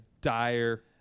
dire